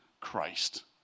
Christ